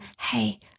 hey